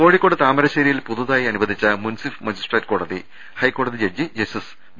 കോഴിക്കോട് താമരശ്ശേരിയിൽ പുതുതായി അനുവദിച്ച മുൻസിഫ് മജിസ്ട്രേറ്റ് കോടതി ഹൈക്കോടതി ജഡ്ജി ജസ്റ്റിസ് വി